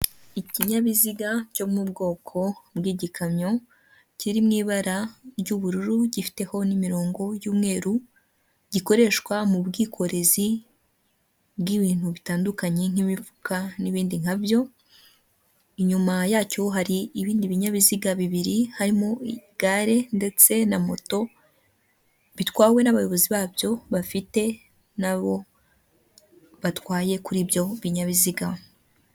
Ikinyabiziga cyo mu bwoko bw'igikamyo kiri mu ibara ry'ubururu gifiteho n'imirongo y'umweruru gikoreshwa mu bwikorezi bw'ibintu bitandukanye nk'imifuka n'ibindi nkabyo. Inyuma yacyo hari ibindi binyabiziga bibiri harimo igare ndetse na moto bitwawe n'abayobozi babyo bafite nabo batwaye kuri ibyo binyabiziga.